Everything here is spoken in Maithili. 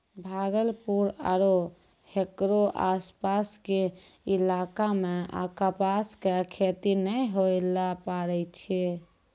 भागलपुर आरो हेकरो आसपास के इलाका मॅ कपास के खेती नाय होय ल पारै छै